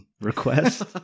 request